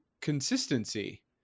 consistency